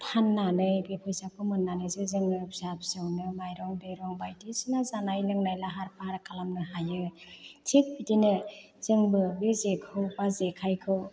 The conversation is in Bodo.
फान्नानै बे फैसाखौ मोन्नानैसो जोङो फिसा फिसौनो माइरं दैरं बायदिसिना जानाय लोंनाय लाहार फाहार खालामनो हायो थिक बिदिनो जोंनो बे जेखौ बा जेखायखौ